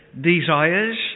desires